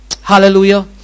Hallelujah